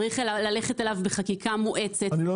צריך ללכת עליו בחקיקה מואצת- -- אני לא